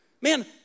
Man